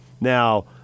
Now